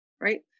right